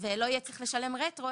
ולא יהיה צריך לשלם רטרו,